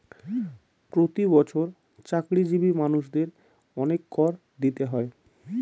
প্রতি বছর চাকরিজীবী মানুষদের অনেক কর দিতে হয়